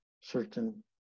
certain